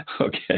Okay